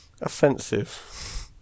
offensive